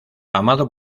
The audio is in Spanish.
amado